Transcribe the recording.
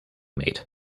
mate